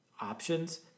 options